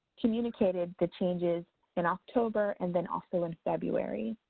communicated the changes in october and then also in february.